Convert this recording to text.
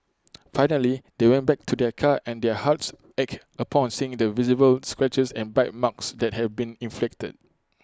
finally they went back to their car and their hearts ached upon seeing the visible scratches and bite marks that have been inflicted